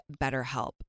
BetterHelp